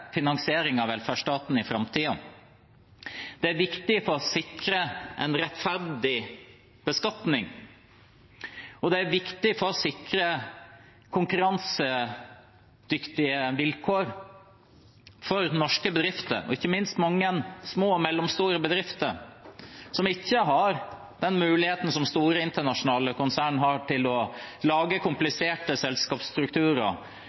en rettferdig beskatning og for å sikre konkurransedyktige vilkår for norske bedrifter, ikke minst mange små og mellomstore bedrifter, som ikke har den muligheten som store internasjonale konsern har til å lage